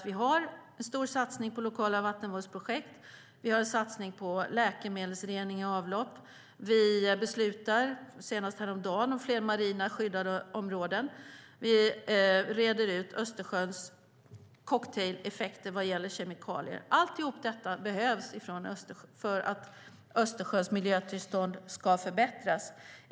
Vi har en stor satsning på våra lokala vattenvårdsprojekt och en satsning på läkemedelsrening i avlopp. Vi har beslutat, senast häromdagen, om fler marina skyddade områden. Vi reder ut Östersjöns cocktaileffekter vad gäller kemikalier. Allt detta behövs för att Östersjöns miljöstillstånd ska förbättras.